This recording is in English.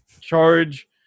charge